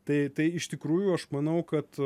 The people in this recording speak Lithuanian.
tai tai iš tikrųjų aš manau kad